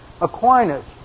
Aquinas